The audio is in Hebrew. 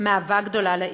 מאהבה גדולה לעיר.